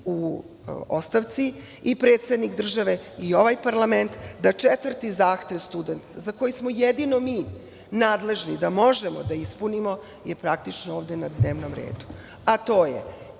u ostavci i predsednik države i ovaj parlament da četvrti zahtev studenata, za koji smo jedino mi nadležni da možemo da ispunimo, je praktično ovde na dnevnom redu,